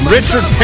Richard